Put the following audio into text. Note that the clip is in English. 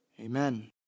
Amen